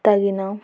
తగిన